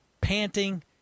panting